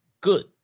Good